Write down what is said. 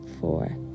four